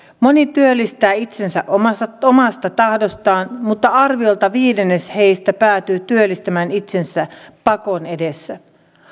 moni työllistää itsensä omasta tahdostaan mutta arviolta viidennes heistä päätyy työllistämään itsensä pakon edessä